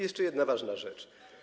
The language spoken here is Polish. Jeszcze jedna ważna rzecz.